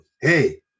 hey